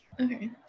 Okay